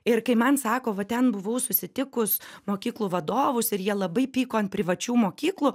ir kai man sako va ten buvau susitikus mokyklų vadovus ir jie labai pyko ant privačių mokyklų